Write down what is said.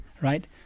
right